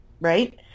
right